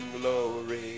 glory